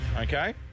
Okay